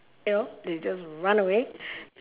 you know they just run away